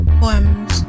poems